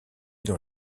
dans